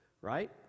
Right